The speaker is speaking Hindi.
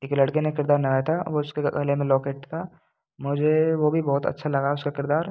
एक लड़के ने किरदार निभाया था वो उसके गले में लॉकेट था मुझे वो भी बहुत अच्छा लगा उसका किरदार